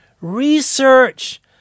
Research